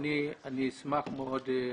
אני אשמח מאוד,